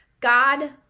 God